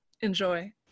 Enjoy